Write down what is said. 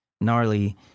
gnarly